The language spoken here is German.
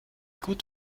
gut